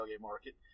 market